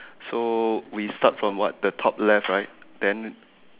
so we start from what the top left right then